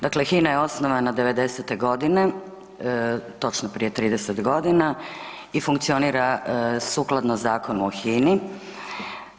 Dakle HINA je osnovana 90-te godine, točno prije 30 g. i funkcionira sukladno Zakonu o HINA-i.